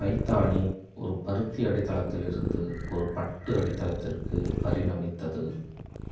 பைத்தானி ஒரு பருத்தி அடித்தளத்திலிருந்து ஒரு பட்டு அடித்தளத்திற்கு பரிணமித்தது